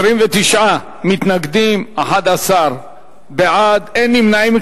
29 מתנגדים, 11 בעד, אין נמנעים.